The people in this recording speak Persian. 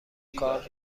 کار